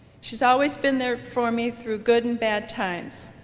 she's always been there for me through good and bad times.